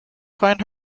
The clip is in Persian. خواین